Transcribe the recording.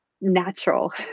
natural